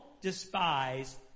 despise